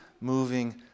moving